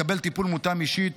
לקבל טיפול מותאם אישית,